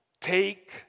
Take